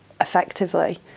effectively